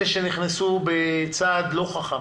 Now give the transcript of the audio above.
אלה שנכנסו בצעד לא חכם